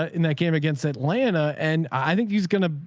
ah in that game against atlanta. and i think he was gonna,